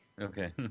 Okay